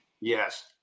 Yes